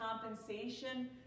compensation